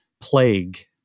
plague